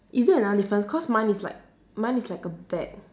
is there another difference cause mine is like mine is like a bag